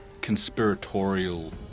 conspiratorial